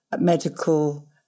medical